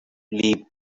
leapt